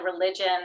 religion